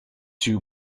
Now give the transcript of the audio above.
two